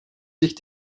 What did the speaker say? sich